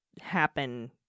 happen